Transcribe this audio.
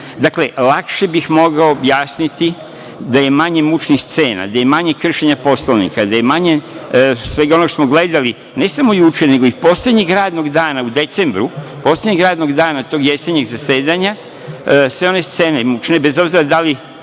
pravcu. Dakle, lakše bih mogao objasniti da je manje mučnih scena, da je manje kršenja Poslovnika, da je manje svega onoga što smo gledali, ne samo mi juče nego i poslednjeg radnog dana u decembru, poslednjeg radnog dana tog jesenjeg zasedanja, sve one scene mučne, bez obzira da li